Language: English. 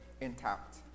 intact